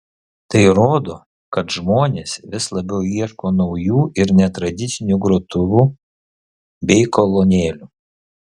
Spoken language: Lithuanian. tai rodo kad žmonės vis labiau ieško naujų ir netradicinių grotuvų bei kolonėlių